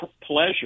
pleasure